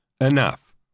enough